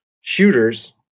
shooters